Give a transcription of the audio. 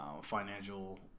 financial